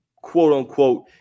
quote-unquote